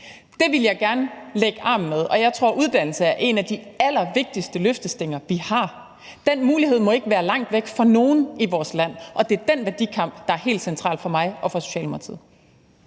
Det ville jeg gerne lægge arm med, og jeg tror, at uddannelse er en af de allervigtigste løftestænger, vi har. Den mulighed må ikke være langt væk fra nogen i vores land. Og det er den værdikamp, der er helt central for mig og for Socialdemokratiet.